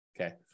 Okay